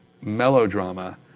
melodrama